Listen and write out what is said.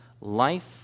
life